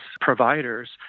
providers